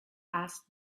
asked